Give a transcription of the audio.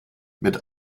mit